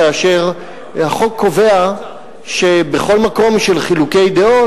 כאשר החוק קובע שבכל מקום של חילוקי דעות,